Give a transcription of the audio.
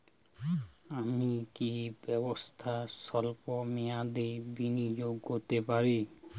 আমি কি ব্যবসাতে স্বল্প মেয়াদি বিনিয়োগ করতে পারি?